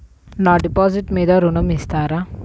నా డిపాజిట్ మీద ఋణం ఇస్తారా?